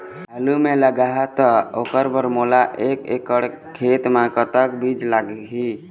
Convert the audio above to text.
आलू मे लगाहा त ओकर बर मोला एक एकड़ खेत मे कतक बीज लाग ही?